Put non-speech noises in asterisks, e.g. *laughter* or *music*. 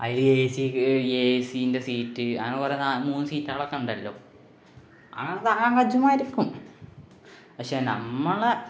അതില് എ സീൻ്റെ സീറ്റ് അങ്ങനെ കുറേ മൂന്ന് സീറ്റുകളൊക്കെ ഉണ്ടല്ലോ ആ *unintelligible* പക്ഷേ നമ്മളെ